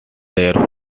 there